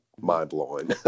mind-blowing